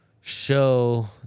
show